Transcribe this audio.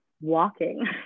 walking